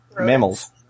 mammals